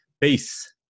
peace